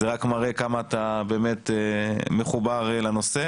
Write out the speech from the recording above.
זה רק מראה כמה אתה מחובר לנושא,